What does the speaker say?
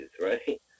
right